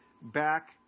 back